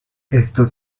estos